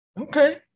Okay